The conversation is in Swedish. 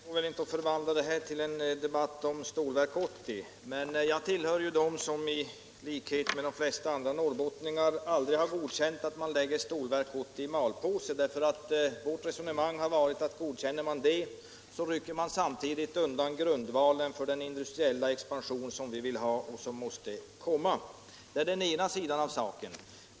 Herr talman! Det går väl inte att förvandla detta till en debatt om Onsdagen den Stålverk 80, men jag tillhör dem som i likhet med de flesta andra norr 23 mars 1977 bottningar aldrig har godkänt att man lägger Stålverk 80 i malpåse. Vårt i resonemang har varit att godkänner man det, så rycker man samtidigt = Skatteutjämningsundan grundvalen för den industriella expansion som vi vill ha och som = bidrag till kommumåste komma. Det är den ena sidan av saken.